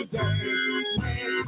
Today